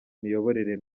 imiyoborere